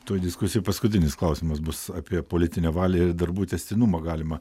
tų diskusijų paskutinis klausimas bus apie politinę valią ir darbų tęstinumą galima